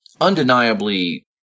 undeniably